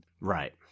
Right